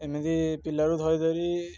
ଏମିତି ପିଲାରୁ ଧରି ଧରି